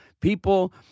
people